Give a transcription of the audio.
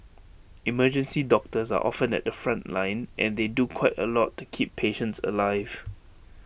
emergency doctors are often at the front line and they do quite A lot to keep patients alive